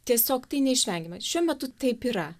tiesiog tai neišvengiama šiuo metu taip yra